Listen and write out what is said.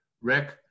Rick